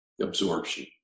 absorption